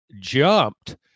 jumped